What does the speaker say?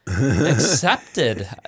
accepted